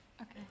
Okay